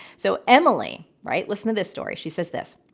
so emily, right, listen to this story, she says this,